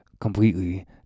completely